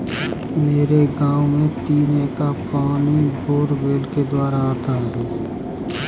मेरे गांव में पीने का पानी बोरवेल के द्वारा आता है